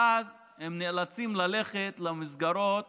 ואז הם נאלצים ללכת למסגרות